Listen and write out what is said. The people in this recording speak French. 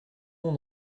bon